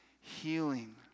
healing